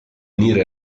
unire